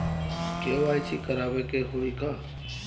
KYC करावे के होई का?